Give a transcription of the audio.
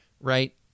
right